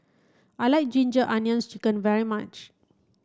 I like ginger onions chicken very much